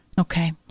Okay